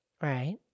Right